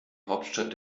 hauptstadt